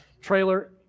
Trailer